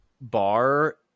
bar